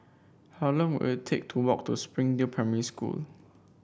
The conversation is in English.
how long will it take to walk to Springdale Primary School